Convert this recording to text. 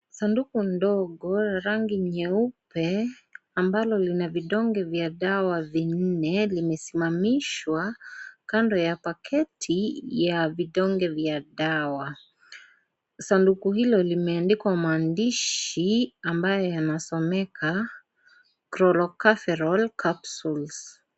Sanduku ndogo la rangi nyeupe ambalo lina vidonge vya dawa vinne vimesimamishwa kando ya pakiti ya vidonge vya dawa sanduku hilo limeandikwa maandishi amabyo yanasomeka Chorolocaferol capsules .